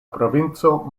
provinco